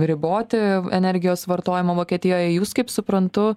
riboti energijos vartojimą vokietijoj jūs kaip suprantu